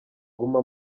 guma